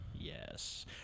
Yes